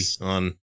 on